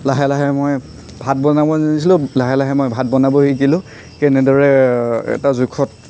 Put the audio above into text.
লাহে লাহে মই ভাত বনাব নাজানিছিলোঁ লাহে লাহে মই ভাত বনাব শিকিলোঁ তেনেদৰে এটা জোখত